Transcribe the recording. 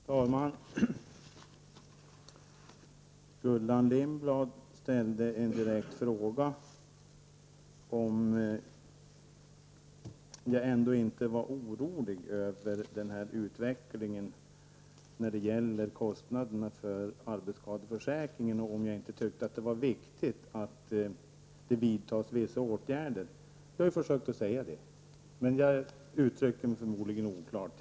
Herr talman! Gullan Lindblad ställde en direkt fråga om jag ändå inte är orolig över utvecklingen när det gäller kostnaderna för arbetsskadeförsäkringen och om jag inte tycker att det är viktigt att det vidtas vissa åtgärder. Det är ju vad jag har försökt att säga, men jag uttrycker mig förmodligen oklart.